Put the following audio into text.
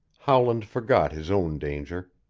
howland forgot his own danger,